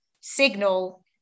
signal